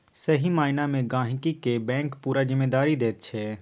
सही माइना मे गहिंकी केँ बैंक पुरा जिम्मेदारी दैत छै